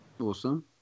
Awesome